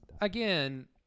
again